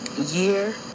year